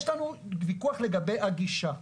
יש לנו ויכוח לגבי הגישה.